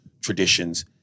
traditions